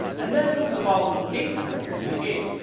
and then move the following date number here to the eighth.